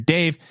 Dave